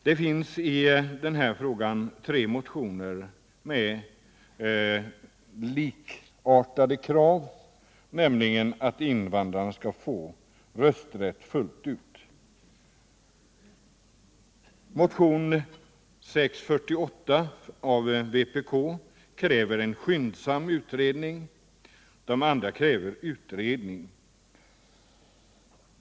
Det finns i denna fråga tre motioner med likartade krav, nämligen att invandrare skall få rösträtt fullt ut. Motionen 648 från vpk kräver en skyndsam utredning — de andra motionerna kräver utredning.